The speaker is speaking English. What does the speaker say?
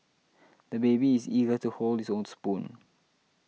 the baby is eager to hold his own spoon